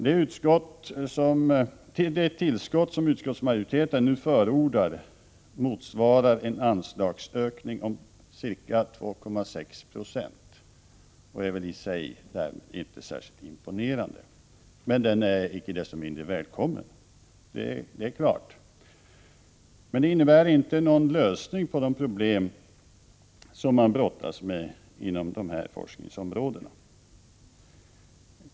Det tillskott som utskottsmajoriteten nu förordar motsvarar en anslagsökning om ca 2,6 96 och är väl i sig inte särskilt imponerande, men den är icke desto mindre välkommen för mottagaren — det är klart. Men detta innebär inte någon lösning på de problem som man brottas med inom dessa forskningsområden.